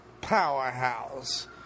powerhouse